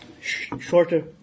shorter